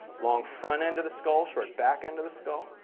long front end of the skull, short back end of the skull.